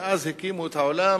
שאז הקימו את העולם